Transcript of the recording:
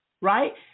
right